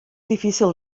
difícil